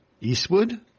Eastwood